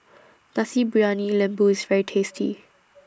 Nasi Briyani Lembu IS very tasty